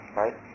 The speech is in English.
right